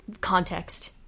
context